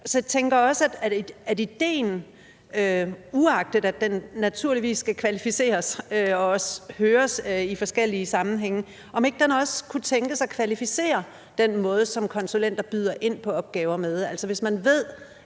jeg tænker, om ikke ideen, uagtet at den naturligvis skal kvalificeres og også høres i forskellige sammenhænge, også kunne tænkes at kvalificere den måde, som konsulenter byder ind på opgaver med,